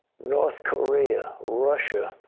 north korea, russia,